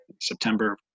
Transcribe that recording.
September